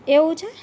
એવું છે